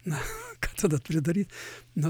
na ką tada turi daryt na